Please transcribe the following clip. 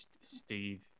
steve